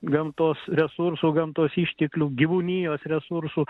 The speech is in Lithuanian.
gamtos resursų gamtos išteklių gyvūnijos resursų